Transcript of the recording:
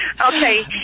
Okay